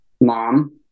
mom